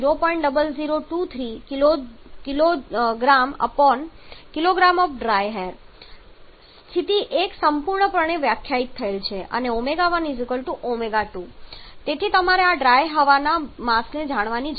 0023 kgkg of dry air તેથી સ્થિતિ 1 સંપૂર્ણપણે વ્યાખ્યાયિત થયેલ છે અને ω1 ω2 તેથી તમારે આ ડ્રાય હવાના માસને જાણવાની જરૂર છે